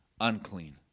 unclean